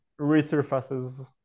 resurfaces